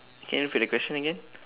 can you repeat the question again